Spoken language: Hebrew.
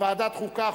לוועדת החוקה,